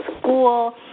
school